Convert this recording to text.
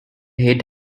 head